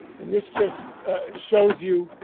and this just shows you